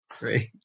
right